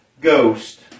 Ghost